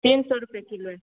तीन सए रुपये किलो